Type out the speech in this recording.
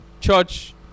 church